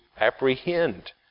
apprehend